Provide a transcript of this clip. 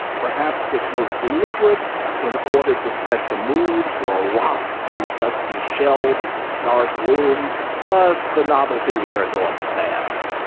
perhaps this was deliberate in order to set the mood for a romp through dusty shelves in dark rooms but the novelty wears off fast.